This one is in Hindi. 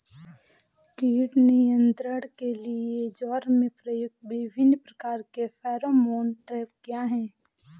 कीट नियंत्रण के लिए ज्वार में प्रयुक्त विभिन्न प्रकार के फेरोमोन ट्रैप क्या है?